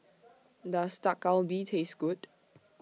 Does Dak Galbi Taste Good